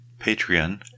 Patreon